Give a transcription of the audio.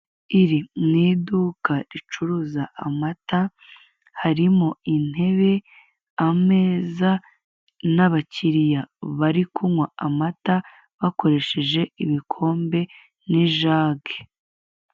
Iri ni iduka ricuruza amata, harimo intebe, ameza, n'abakiliya bari kunywa amata bakoresheje ibikombe n'ijage.